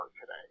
today